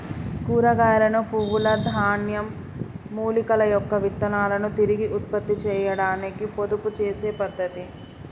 కూరగాయలను, పువ్వుల, ధాన్యం, మూలికల యొక్క విత్తనాలను తిరిగి ఉత్పత్తి చేయాడానికి పొదుపు చేసే పద్ధతి